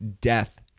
death